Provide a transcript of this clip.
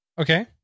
Okay